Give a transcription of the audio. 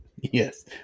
Yes